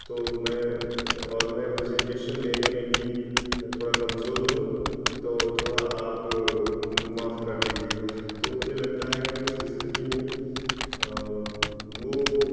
तो मैं और मैं प्रेज़ेंटेशन देने में भी थोड़ा कमज़ोर हूँ तो थोड़ा आप माफ़ कर दीजिएगा तो मुझे लगता है कि उस स्थिति में वो